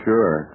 Sure